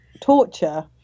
torture